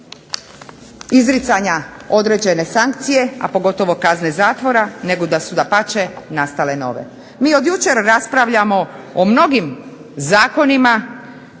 izricanja određene sankcije, pogotovo kazne zatvora, nego dapače da su nastale nove. MI od jučer raspravljamo o mnogim zatvorima,